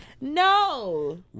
No